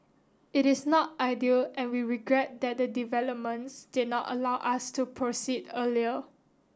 it is not ideal and we regret that the developments did not allow us to proceed earlier